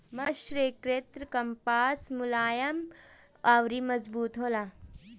मर्सरीकृत कपास मुलायम अउर मजबूत होला